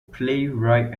playwright